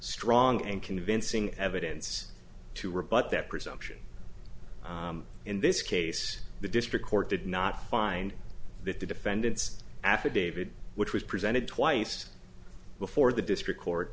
strong and convincing evidence to rebut that presumption in this case the district court did not find that the defendant's affidavit which was presented twice before the district court